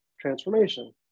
transformation